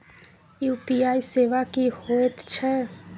UPI सेवा की होयत छै?